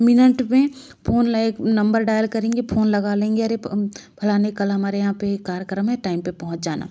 minute में phone like number dial करेंगे phone लगा लेंगे अरे फलाने कल हमारे यहाँ पे कार्यक्रम है टाइम पे पहुँच जाना